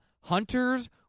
Hunter's